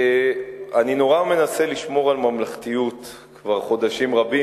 אני נורא מנסה לשמור על ממלכתיות כבר חודשים רבים.